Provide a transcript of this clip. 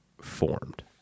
formed